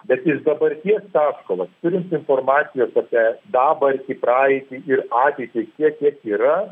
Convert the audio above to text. bet iš dabarties taško va turint informacijos apie dabartį praeitį ir ateitį tiek kiek yra